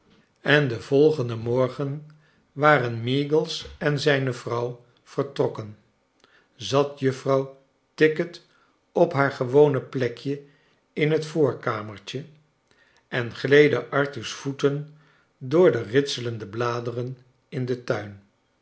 en den volgenden morgen waren meagles en zijne vrouw vertrokken zat juffrouw tickit op haar gewone plekje in het voorkamertje en gleden arthur's voeten door de ritselende bladeren in den tuin